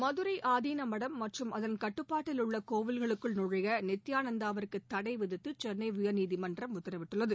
மதுரை ஆதீன மடம் மற்றும் அதன் கட்டுப்பாட்டில் உள்ள கோவில்களுக்குள் நுழைய நித்தியானந்தாவிற்கு தடை விதித்து சென்னை உயர்நீதிமன்றம் உத்தரவிட்டுள்ளது